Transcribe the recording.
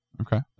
Okay